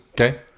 Okay